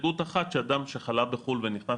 בהסתייגות אחת שאדם שחלה בחו"ל ונכנס